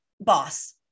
boss